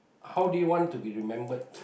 how do you want to be remembered